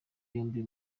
yombi